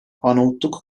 arnavutluk